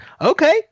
Okay